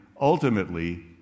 ultimately